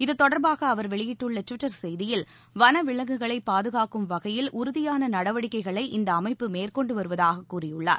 இத்தொடர்பாக அவர் விடுத்துள்ள ட்விட்டர் செய்தியில் வனவிலங்குகளை பாதுகாக்கும் வகையில் உறுதியான நடவடிக்கைகளை இந்த அமைப்பு மேற்கொண்டு வருவதாக கூறியுள்ளார்